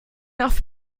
auf